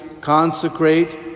consecrate